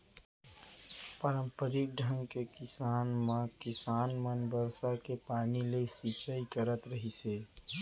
पारंपरिक ढंग के किसानी म किसान मन बरसा के पानी ले सिंचई करत रहिस हे